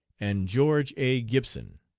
and george a. gibson.